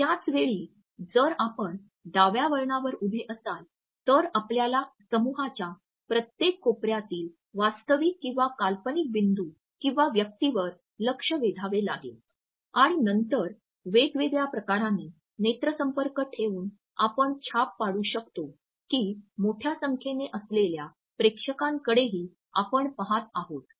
त्याच वेळी जर आपण डाव्या वळणावर उभे असाल तर आपल्याला समुहाच्या प्रत्येक कोपऱ्यातील वास्तविक किंवा काल्पनिक बिंदू किंवा व्यक्तीवर लक्ष्य वेधावे लागेल आणि नंतर वेगवेगळ्या प्रकाराने नेत्रसंपर्क ठेवून आपण छाप पाडू शकतो की मोठ्या संख्येने असलेल्या प्रेक्षकांकडेही आपण पहात आहोत